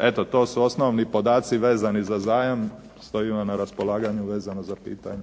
Eto to su osnovni podaci vezani za zajam. Stojim vam na raspolaganju vezano za pitanja.